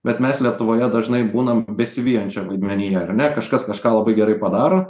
bet mes lietuvoje dažnai būnam besivijančio vaidmenyje ar ne kažkas kažką labai gerai padaro